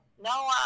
no